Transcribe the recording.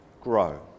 grow